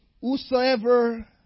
Whosoever